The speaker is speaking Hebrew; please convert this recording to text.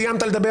סיימת לדבר?